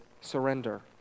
surrender